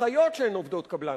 אחיות שהן עובדות קבלן,